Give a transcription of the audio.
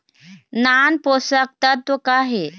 नान पोषकतत्व का हे?